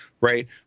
right